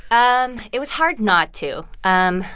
um it was hard not to. um